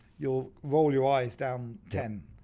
you'll roll your eyes down ten.